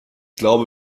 glaube